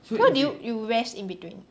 so you you rest in between